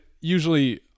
usually